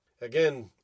Again